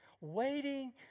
waiting